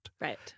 Right